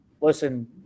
listen